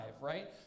right